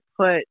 put